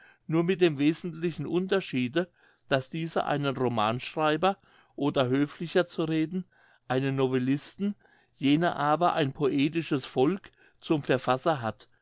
nur mit dem wesentlichen unterschiede daß dieser einen romanschreiber oder höflicher zu reden einen novellisten jene aber ein poetisches volk zum verfasser hat